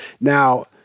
Now